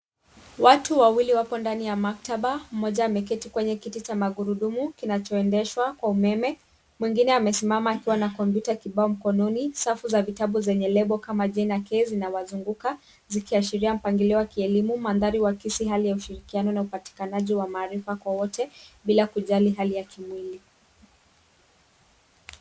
Watu wawili wako ndani ya maktaba. Mmoja ameketi kwenye kiti cha magurudumu, kinachoendeshwa kwa umeme. Mwingine amesimama akiwa na kompyuta kibao mkononi. Safu za vitabu zenye lebo kama J na K zinawazunguka zikiashiria mpangilio wa kielimu. Mandhari wa kisi hali ya ushirikiano na upatikanaji wa maarifa kwa wote, bila kujali hali ya kimwili.